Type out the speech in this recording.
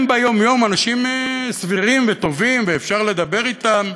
הם ביום-יום אנשים סבירים וטובים, ואפשר לדבר אתם.